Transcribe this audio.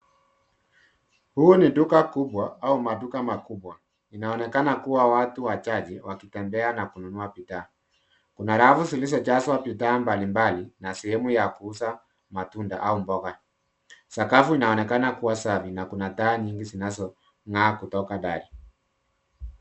Huu ni duka kubwa au maduka makubwa inaonekana kuwa watu wachache wakitembea na kununua bidhaa, kuna rafu zilizojazwa bidhaa mbali mbali na sehemu ya kuuza matunda au mboga. Sakafu inaonekana kuwa safi na taa nyingi zinazogaa kutoka ndani